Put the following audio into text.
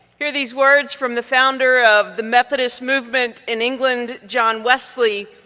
hear these words from the founder of the methodist movement in england, john wesley.